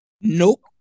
Nope